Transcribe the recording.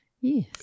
Yes